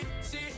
see